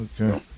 Okay